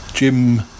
Jim